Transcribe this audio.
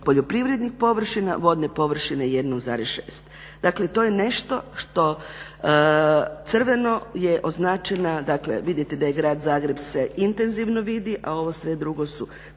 poljoprivrednih površina, vodne površine 1,6. Dakle to je nešto što crveno je označeno, dakle vidite da je grad Zagreb se intenzivno vidi a ovo sve drugo su